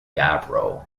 gabbro